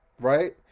right